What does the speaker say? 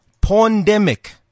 pandemic